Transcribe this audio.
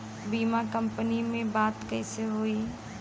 बीमा कंपनी में बात कइसे होई?